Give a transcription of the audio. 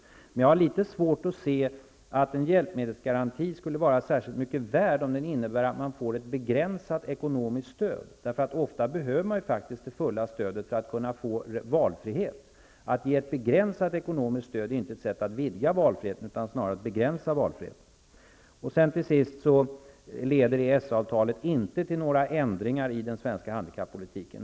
Jag har emellertid litet svårt att inse att en hjälpmedelsgaranti skulle vara särskilt mycket värd om den innebär att man får ett begränsat ekonomiskt stöd. Ofta behöver man ju faktiskt det fulla stödet för att kunna få valfrihet. Att ge ett begränsat ekonomiskt stöd är inte ett sätt att vidga valfriheten utan snarare ett sätt att begränsa valfriheten. Till sist: EES-avtalet leder inte till några ändringar i den svenska handikappolitiken.